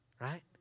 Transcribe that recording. right